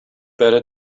better